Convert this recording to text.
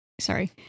sorry